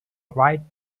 right